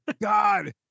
God